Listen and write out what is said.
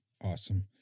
Awesome